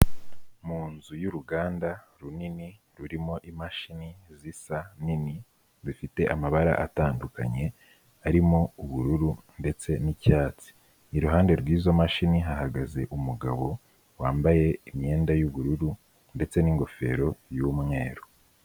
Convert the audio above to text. Mu nzu y'uruganda rurimo imashini zisa, nini, zifite amabara atandukanye harimo ubururu ndetse n'icyatsi, iruhande rw'izo mashini hahagaze umugabo wambaye imyenda y'ubururu ndetse n'ingofero y'umweru.